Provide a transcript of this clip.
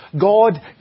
God